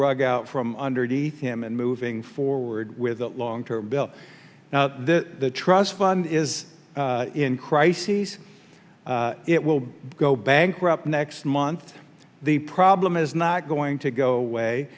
rug out from underneath him and moving forward with a long term bill now the trust fund is in crises it will go bankrupt next month the problem is not going to go away